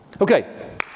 Okay